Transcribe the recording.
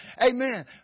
Amen